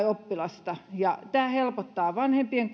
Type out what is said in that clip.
oppilasta tämä helpottaa vanhempien